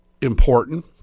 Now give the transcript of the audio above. important